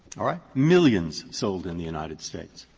all right? millions sold in the united states.